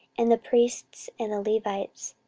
and the priests, and the levites,